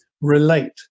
relate